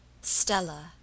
Stella